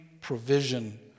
provision